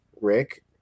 Rick